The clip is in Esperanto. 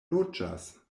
loĝas